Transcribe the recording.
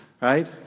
right